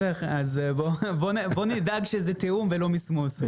בוא נדאג שזה תיאום ולא מסמוס.